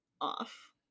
off